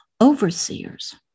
overseers